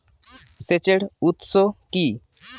সেচের উৎস কি?